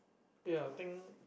ya think